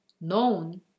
known